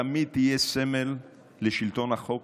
תמיד תהיה סמל לשלטון החוק,